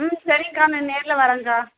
ம் சரிங்க்கா நான் நேர்ல வர்றங்க்கா